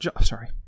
Sorry